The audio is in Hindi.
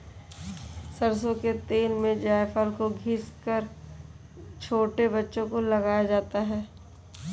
सरसों के तेल में जायफल को घिस कर छोटे बच्चों को लगाया जाता है